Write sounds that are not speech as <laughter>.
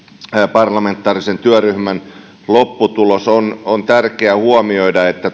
parlamentaarisen työryhmän lopputulos on on tärkeä huomioida että <unintelligible>